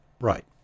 Right